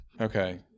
Okay